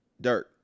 dirt